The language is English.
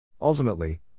Ultimately